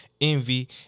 envy